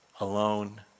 alone